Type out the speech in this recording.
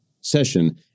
session